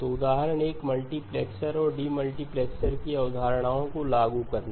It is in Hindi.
तो उदाहरण 1 मल्टीप्लेक्सर और डेमल्टीप्लेक्सर की अवधारणाओं को लागू करना